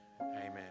Amen